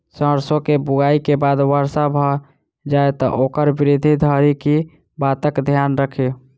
सैरसो केँ बुआई केँ बाद वर्षा भऽ जाय तऽ ओकर वृद्धि धरि की बातक ध्यान राखि?